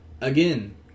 Again